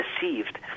deceived